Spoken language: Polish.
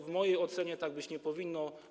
W mojej ocenie tak być nie powinno.